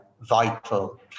vital